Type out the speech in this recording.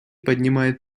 поднимает